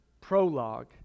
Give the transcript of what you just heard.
prologue